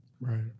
right